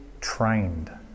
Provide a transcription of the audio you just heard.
trained